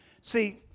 see